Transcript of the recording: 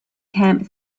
camp